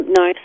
no